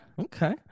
okay